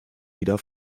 wieder